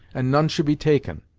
and none should be taken.